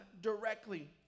directly